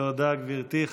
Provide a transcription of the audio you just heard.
תודה, גברתי.